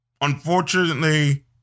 Unfortunately